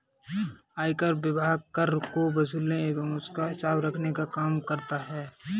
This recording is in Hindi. आयकर विभाग कर को वसूलने एवं उसका हिसाब रखने का काम करता है